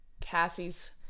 Cassie's